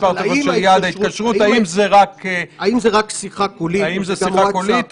לגבי יתר החולים על ביצוע חקירה אפידמיולוגית